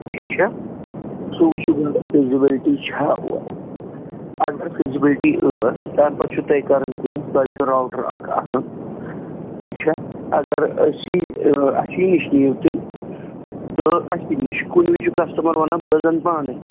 ٹھیٖک چھا سُہ وُچھِو گۄڈٕے فِزِبِلِٹی چھا اورٕ اَگر فِزِبِلٹۍ ٲسۍ تَمہِ پَتہٕ چھُو تۄہہِ کَرٕنۍ تۄہہِ چھُو رَوٹر اکھ اَنُن ٹھیٖک چھا اَگر أسی اَسہِ نِش نِیِو تُہۍ تہٕ اَسی نِش کُنہِ وِزِ چھُ کَسٹٕمر وَنان بہٕ حظ اَنہٕ پانٕے